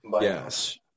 Yes